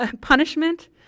punishment